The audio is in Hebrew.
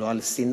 לא על שנאה